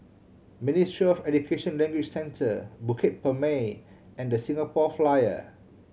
Ministry of Education Language Centre Bukit Purmei and Singapore Flyer